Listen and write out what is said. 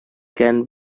can